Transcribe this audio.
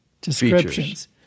descriptions